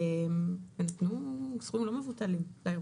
נתנו סכומים לא מבוטלים לאירוע.